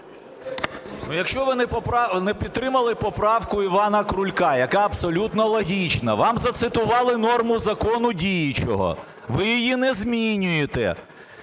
якщо ви не підтримали поправку Івана Крулька, яка абсолютно логічна, вам зацитували норму закону діючого, ви її не змінюєте,